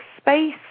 space